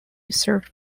served